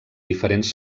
diferents